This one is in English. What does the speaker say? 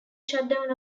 shutdown